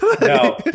No